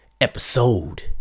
episode